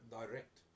direct